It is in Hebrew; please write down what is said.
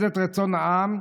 ראש הממשלה,